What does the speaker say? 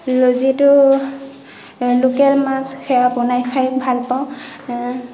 যিটো লোকেল মাছ সেয়া বনাই খায় ভাল পাওঁ